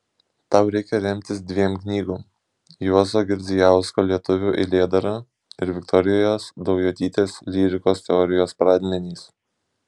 tau reikia remtis dviem knygom juozo girdzijausko lietuvių eilėdara ir viktorijos daujotytės lyrikos teorijos pradmenys